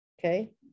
Okay